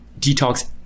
detox